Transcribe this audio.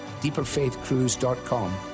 deeperfaithcruise.com